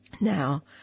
now